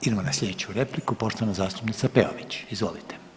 Idemo na slijedeću repliku, poštovana zastupnica Peović, izvolite.